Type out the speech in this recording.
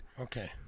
Okay